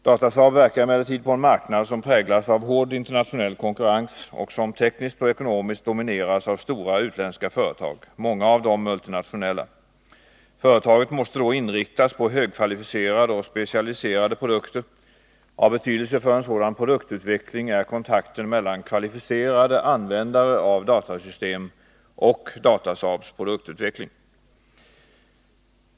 Datasaab verkar emellertid på en marknad som präglas av hård internationell konkurrens och som tekniskt och ekonomiskt domineras av stora utländska företag, många av dem multinationella. Företaget måste då inriktas på högkvalificerade och specialiserade produkter. Av betydelse för en sådan produktutveckling är kontakten mellan kvalificerade användare av datasystem och Datasaabs produktutveckling.